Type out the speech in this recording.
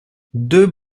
deux